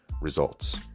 results